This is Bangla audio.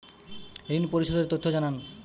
ঋন পরিশোধ এর তথ্য জানান